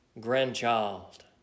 grandchild